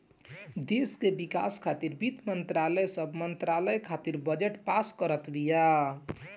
देस के विकास खातिर वित्त मंत्रालय सब मंत्रालय खातिर बजट पास करत बिया